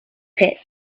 pits